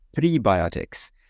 prebiotics